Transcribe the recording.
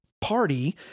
party